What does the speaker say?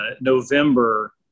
November